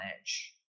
edge